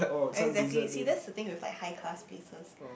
exactly see that's the thing with like high class places